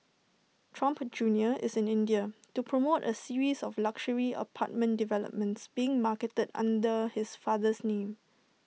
Trump junior is in India to promote A series of luxury apartment developments being marketed under his father's name